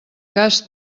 cas